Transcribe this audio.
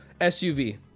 SUV